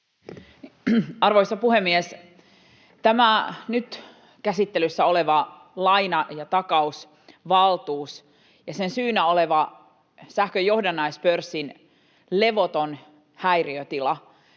Arvoisa puhemies! Tämä nyt käsittelyssä oleva laina- ja takausvaltuus ja sen syynä oleva sähkön johdannaispörssin levoton häiriötila